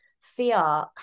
fear